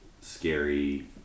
scary